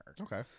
Okay